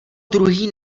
druhý